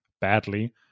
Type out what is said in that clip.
badly